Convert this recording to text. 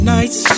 Nights